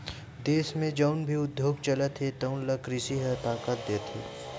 देस म जउन भी उद्योग चलत हे तउन ल कृषि ह ताकत देथे